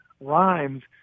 rhymes